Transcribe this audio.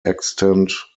extant